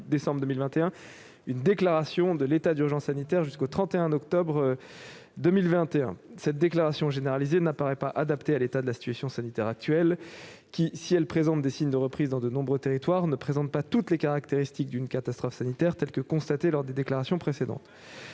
décembre 2021 une déclaration d'état d'urgence sanitaire jusqu'au 31 octobre 2021. Cette déclaration généralisée n'apparaît pas adaptée à l'état de la situation sanitaire actuelle, qui, si elle montre des signes de reprise dans de nombreux territoires, ne présente pas toutes les caractéristiques d'une catastrophe sanitaire telle que celle que nous avons pu constater lors des déclarations précédentes.